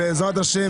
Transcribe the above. בעזרת ה',